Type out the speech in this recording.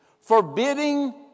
Forbidding